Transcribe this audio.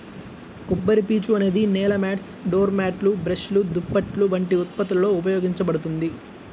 కొబ్బరిపీచు అనేది నేల మాట్స్, డోర్ మ్యాట్లు, బ్రష్లు, దుప్పట్లు వంటి ఉత్పత్తులలో ఉపయోగించబడుతుంది